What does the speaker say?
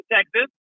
Texas